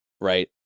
right